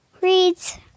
reads